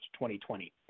2020